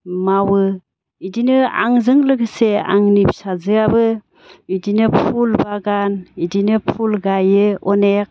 मावो इदिनो आंजों लोगोसे आंनि फिसाजोआबो इदिनो फुल बागान इदिनो फुल गायो अनेख